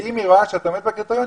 ואם היא רואה שאתה עומד בקריטריונים,